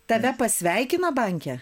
tave pasveikino banke